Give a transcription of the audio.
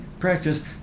practice